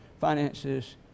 finances